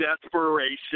desperation